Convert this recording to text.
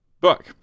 book